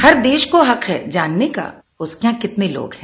हर देश को हक़ है जानने का उसके यहां कितने लोग हैं